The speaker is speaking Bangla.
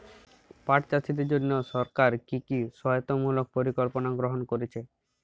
পাট চাষীদের জন্য সরকার কি কি সহায়তামূলক পরিকল্পনা গ্রহণ করেছে?